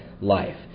life